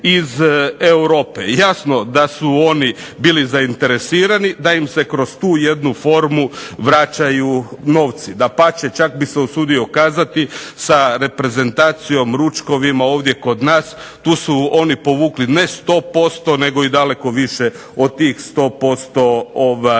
iz Europe. Jasno da su oni bili zainteresirani da im se kroz tu jednu formu vraćaju novci. Dapače, čak bih se usudio kazati sa reprezentacijom, ručkovima ovdje kod nas tu su oni povukli ne sto posto nego i daleko više od tih sto posto novaca.